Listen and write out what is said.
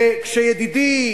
וכשידידי,